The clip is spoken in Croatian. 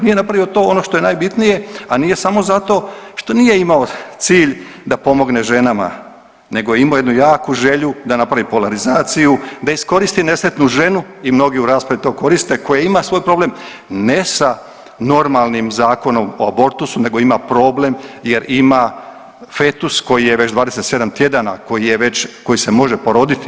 Nije napravio to ono što je najbitnije, a nije samo zato što nije imao cilj da pomogne ženama, nego je imao jednu jaku želju da napravi polarizaciju, da iskoristi nesretnu ženu i mnogi u raspravi to koriste koje ima svoj problem ne sa normalnim Zakonom o abortusu, nego ima problem jer ima fetus koji je već 27 tjedana, koji se može poroditi.